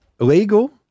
Illegal